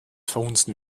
verhunzen